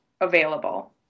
available